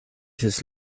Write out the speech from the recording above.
his